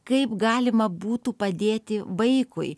kaip galima būtų padėti vaikui